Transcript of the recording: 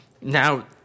Now